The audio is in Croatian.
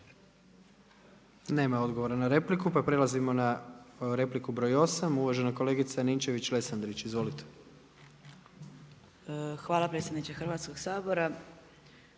Nema odgovora na repliku, pa prelazimo na repliku uvažena kolegica Ninčević-Lesandrić. Izvolite. **Ninčević-Lesandrić,